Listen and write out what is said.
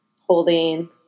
holding